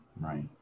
Right